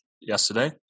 yesterday